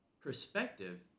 perspective